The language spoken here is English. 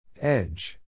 Edge